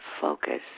focus